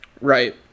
right